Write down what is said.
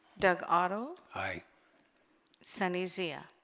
doug otto hi sunny zia